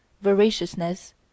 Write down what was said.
voraciousness